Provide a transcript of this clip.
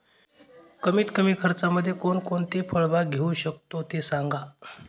कमीत कमी खर्चामध्ये कोणकोणती फळबाग घेऊ शकतो ते सांगा